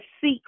seek